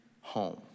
home